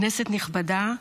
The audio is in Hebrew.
כנסת נכבדה,